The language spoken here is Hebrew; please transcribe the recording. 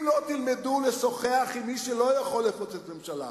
אם לא תלמדו לשוחח עם מי שלא יכול לפוצץ ממשלה,